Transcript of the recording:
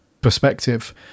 perspective